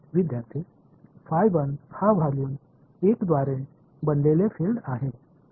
विद्यार्थीः फाय 1 हा वॉल्यूम 1 द्वारे बनवलेले फील्ड आहे